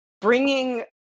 bringing